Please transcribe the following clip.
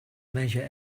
measure